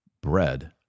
bread